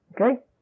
Okay